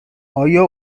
آیا